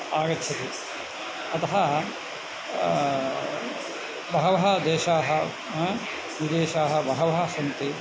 आगच्छति अतः बहवः देशाः विदेशाः बहवः सन्ति